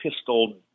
pistol